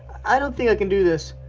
i don't think i can do this.